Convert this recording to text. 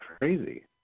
crazy